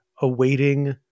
awaiting